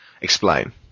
Explain